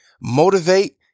motivate